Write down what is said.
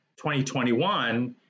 2021